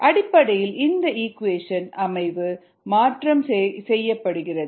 அடிப்படையில் இந்த இக்வேஷன் அமைவு மாற்றம் செய்யப்படுகிறது